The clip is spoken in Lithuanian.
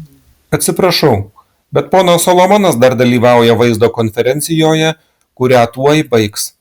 atsiprašau bet ponas solomonas dar dalyvauja vaizdo konferencijoje kurią tuoj baigs